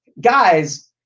guys